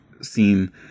seen